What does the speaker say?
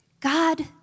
God